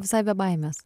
visai be baimės